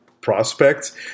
prospects